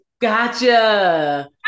Gotcha